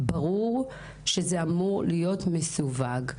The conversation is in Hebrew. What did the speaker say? ברור שזה אמור להיות מסווג.